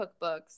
cookbooks